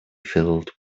filled